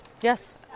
Yes